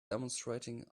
demonstrating